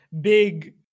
big